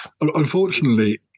Unfortunately